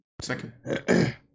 Second